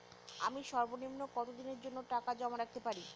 আমি সর্বনিম্ন কতদিনের জন্য টাকা জমা রাখতে পারি?